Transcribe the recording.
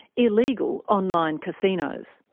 illegal online casinos.